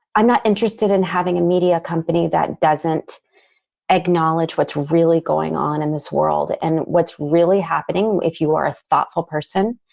i'm not interested in having a media company that doesn't acknowledge what's really going on in this world and what's really happening, if you are a thoughtful person,